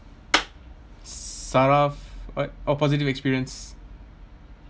saraf !oi! oh positive experience